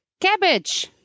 Cabbage